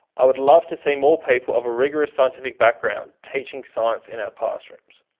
i would love to see more people of a rigorous scientific background teaching science in our classrooms.